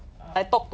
ah